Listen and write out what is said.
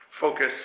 focus